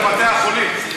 בבתי החולים.